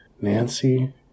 Nancy